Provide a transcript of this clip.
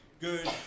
good